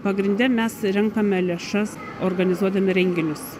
pagrinde mes renkame lėšas organizuodami renginius